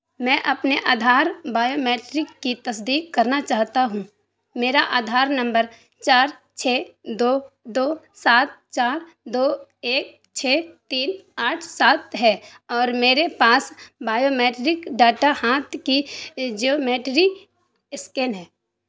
میں اپنے آدھار بائیومیٹرک کی تصدیق کرنا چاہتا ہوں میرا آدھار نمبر چار چھ دو دو سات چار دو ایک چھ تین آٹھ سات ہے اور میرے پاس بائیومیٹرک ڈیٹا ہاتھ کی جومیٹری اسکین ہے